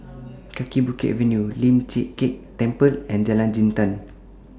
Kaki Bukit Avenue Lian Chee Kek Temple and Jalan Jintan